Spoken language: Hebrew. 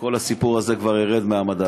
שכל הסיפור הזה כבר ירד מהמדף.